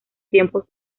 tiempos